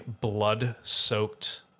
blood-soaked